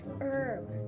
Herb